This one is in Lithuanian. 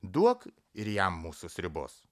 duok ir jam mūsų sriubos